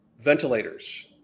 ventilators